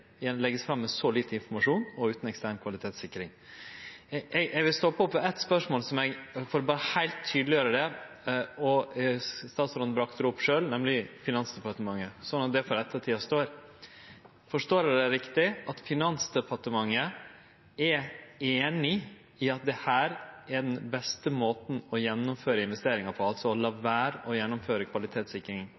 fram med så lite informasjon og utan ekstern kvalitetssikring. Eg vil stoppe opp ved eitt spørsmål for bare heilt å tydeleggjere det, og statsråden bringa det opp sjølv, nemleg Finansdepartementet, slik at det står for ettertida: Forstår eg deg riktig, at Finansdepartementet er einig i at dette er den beste måten å gjennomføre investeringa på, altså å la vere å gjennomføre kvalitetssikring